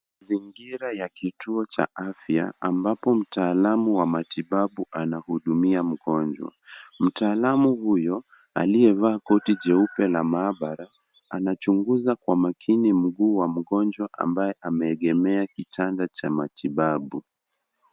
Mazingira cha kituo cha afya ambapo mtaalamu wa matibabu anahudumia mgonjwa. Mtaalamu huyo aliyevaa koti jeupe na maabara anachunguza kwa makini mguu wa mgonjwa ambaye ameegemea kitanda cha matibabu.